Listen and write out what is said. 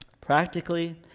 practically